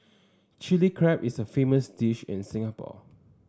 Chilli Crab is a famous dish in Singapore